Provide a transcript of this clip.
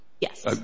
Yes